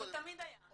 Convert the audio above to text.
זה תמיד היה.